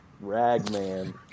Ragman